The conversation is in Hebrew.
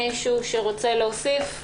מישהו רוצה להוסיף?